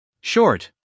Short